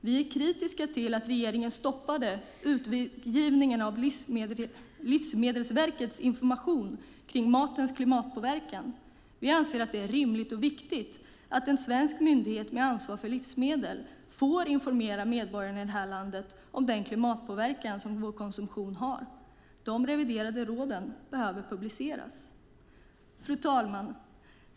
Vi är kritiska till att regeringen stoppade utgivningen av Livsmedelsverkets information kring matens klimatpåverkan. Vi anser att det är rimligt och viktigt att en svensk myndighet med ansvar för livsmedel får informera medborgarna i landet om den klimatpåverkan som vår konsumtion har. De reviderade råden behöver publiceras. Fru talman!